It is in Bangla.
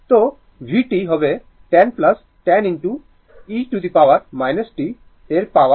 তো vt হবে 10 10 e t এর পাওয়ার 3 t5 ভোল্ট